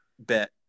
Bet